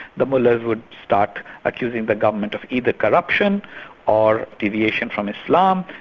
the mullahs would start accusing the government of either corruption or deviation from islam.